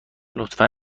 لطفا